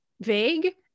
vague